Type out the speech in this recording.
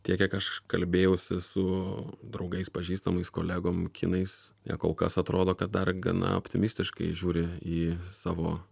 tiek kiek aš kalbėjausi su draugais pažįstamais kolegom kinais jie kol kas atrodo kad dar gana optimistiškai žiūri į savo